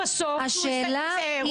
השנים.